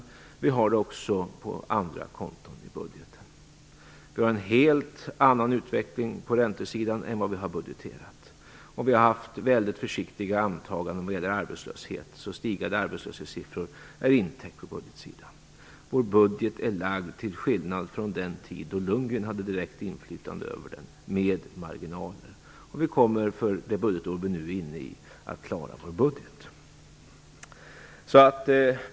Sådana förekommer också på andra konton i budgeten. Vi har på räntesidan en helt annan utveckling än vad vi har budgeterat. Vi har haft mycket försiktiga antaganden när det gäller arbetslöshet, vilket gör att stigande arbetslöshetssiffror är intäckta på budgetsidan. Vår budget är, till skillnad mot under den tid då Lundgren hade direkt inflytande över den, utlagd med marginaler. Vi kommer för det budgetår som vi nu är inne i att klara budgeten.